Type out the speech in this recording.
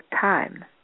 time